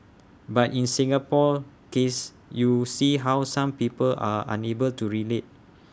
but in Singapore's case you see how some people are unable to relate